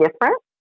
different